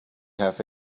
have